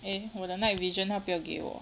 eh 我的 night vision 他不要给我